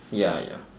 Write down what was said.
ya ya